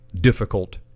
difficult